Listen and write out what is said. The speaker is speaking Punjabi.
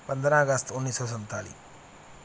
ਪੰਦਰਾਂ ਅਗਸਤ ਉੱਨੀ ਸੌ ਸੰਤਾਲੀ